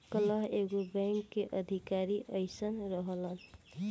काल्ह एगो बैंक के अधिकारी आइल रहलन